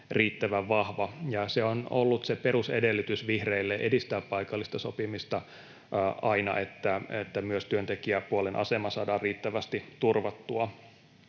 riittävän vahva. Se on ollut aina se perusedellytys vihreille edistää paikallista sopimista, että myös työntekijäpuolen asema saadaan riittävästi turvattua.